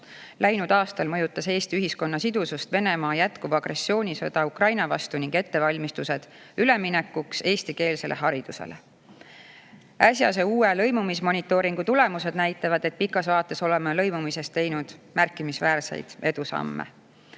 Läinud aastal mõjutas Eesti ühiskonna sidusust Venemaa jätkuv agressioonisõda Ukraina vastu ning ettevalmistused üleminekuks eestikeelsele haridusele. Äsjase uue lõimumismonitooringu tulemused näitavad, et pikas vaates oleme lõimumises teinud märkimisväärseid edusamme. Kõige